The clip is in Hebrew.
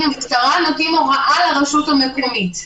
המשטרה נותנים הוראה לרשות המקומית.